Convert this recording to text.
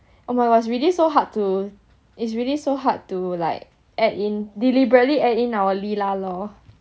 oh my god is really so hard to it's really so hard to like add in deliberately add in our leh lah lor